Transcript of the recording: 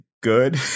good